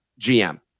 GM